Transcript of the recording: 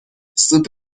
سوپ